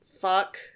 Fuck